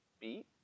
beat